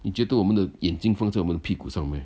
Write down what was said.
你觉得我们的眼睛放在我们的屁股上 meh